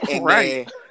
Right